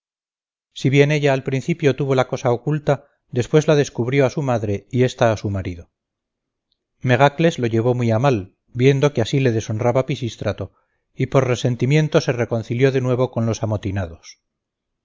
si bien ella al principio tuvo la cosa oculta después la descubrió a su madre y ésta a su marido megacles lo llevó muy a mal viendo que así le deshonraba pisístrato y por resentimiento se reconcilió de nuevo con los amotinados